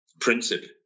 principle